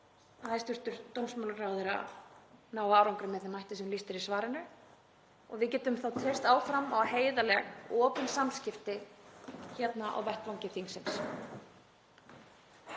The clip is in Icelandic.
að hæstv. dómsmálaráðherra nái árangri með þeim hætti sem lýst er í svarinu og að við getum þá treyst áfram á heiðarleg og opin samskipti hér á vettvangi þingsins.